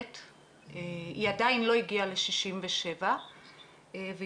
למשל נשאלנו האם אישה שנמצאת בהריון והיא